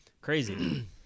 crazy